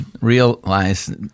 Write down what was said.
realize